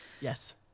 Yes